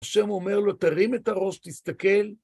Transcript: שם אומר לו, תרים את הראש, תסתכל.